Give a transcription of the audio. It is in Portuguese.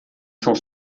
são